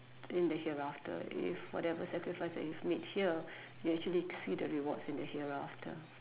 in the hereafter if whatever sacrifice that you've made here you actually see the rewards in the hereafter